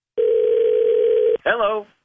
Hello